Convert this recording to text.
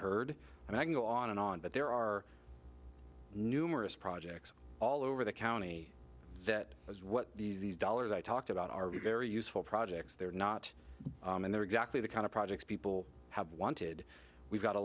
heard and i can go on and on but there are numerous projects all over the county that is what these these dollars i talked about are be very useful projects they're not and they're exactly the kind of projects people have wanted we've got a